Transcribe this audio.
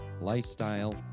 lifestyle